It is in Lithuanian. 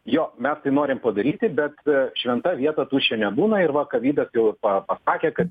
jo mes tai norim padaryti bet šventa vieta tuščia nebūna ir va kavidas jau pa pasakė kad